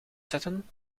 zetten